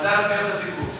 הוועדה לפניות הציבור.